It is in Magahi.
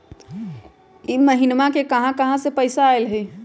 इह महिनमा मे कहा कहा से पैसा आईल ह?